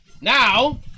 Now